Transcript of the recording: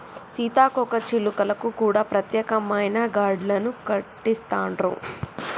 సీతాకోక చిలుకలకు కూడా ప్రత్యేకమైన గార్డెన్లు కట్టిస్తాండ్లు